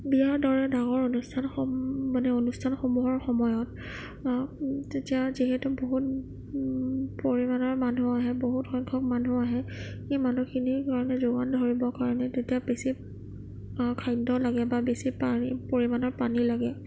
বিয়াৰ দৰে ডাঙৰ অনুস্থানসমূহ মানে অনুস্থানসমূহৰ সময়ত আ তেতিয়া যিহেতু বহুত পৰিমাণৰ মানুহ আহে বহুত সংখ্যক মানুহ আহে এই মানুহখিনিৰ কাৰণে যোগান ধৰিব কাৰণে তেতিয়া বেছি আ খাদ্য লাগে বা বেছি পানী পৰিমাণৰ পানী লাগে